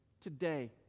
Today